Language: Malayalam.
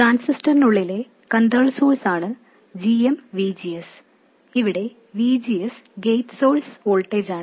ട്രാൻസിസ്റ്ററിനുള്ളിലെ കൺട്രോൾ സോഴ്സ് ആണ് gmVGS ഇവിടെ VGS ഗേറ്റ് സോഴ്സ് വോൾട്ടേജാണ്